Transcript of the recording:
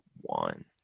one